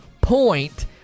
point